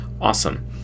awesome